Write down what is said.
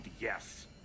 yes